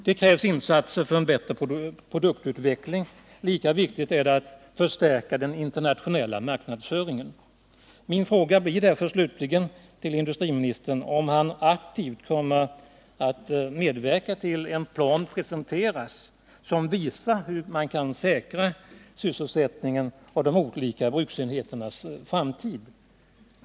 Det krävs insatser för en bättre produktutveckling. Lika viktigt är det att förstärka den internationella marknadsföringen. Min fråga till industriministern blir därför slutligen om han aktivt kommer att medverka till att en plan presenteras som visar hur man kan säkra sysselsättningen och de olika bruksenheternas framtid.